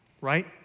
right